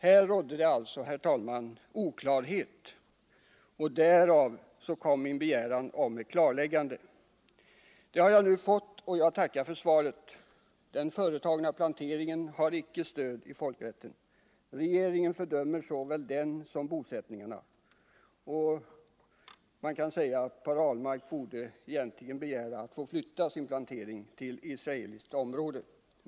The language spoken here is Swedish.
Här rådde det alltså, herr talman, oklarhet. Därav kom min begäran om ett klarläggande. Det har jag nu fått, och jag tackar för svaret. Den företagna planteringen har icke stöd i folkrätten. Regeringen fördömer såväl planteringen som bosättningarna. Per Ahlmark borde egentligen begära att få flytta sin plantering till israeliskt område.